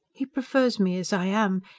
he prefers me as i am.